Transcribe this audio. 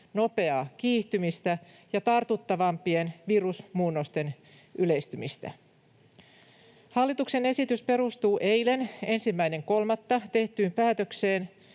nopeaa kiihtymistä ja tartuttavampien virusmuunnosten yleistymistä. Hallituksen esitys perustuu eilen 1.3. tehtyyn päätökseen,